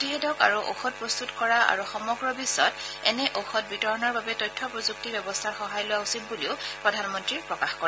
প্ৰতিষেধক আৰু ঔষধ প্ৰস্তুত কৰা আৰু সমগ্ৰ বিগ্বত এনে ঔষধ বিতৰণৰ বাবে তথ্য প্ৰযুক্তি ব্যৱস্থাৰ সহায় লোৱা উচিত বুলিও প্ৰধানমন্ত্ৰীয়ে প্ৰকাশ কৰে